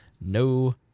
No